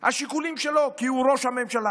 השיקולים שלו כי הוא ראש הממשלה